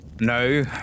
No